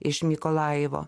iš mykolajivo